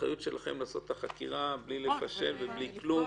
זו אחריות שלכם לעשות את החקירה בלי לפשל וכולי.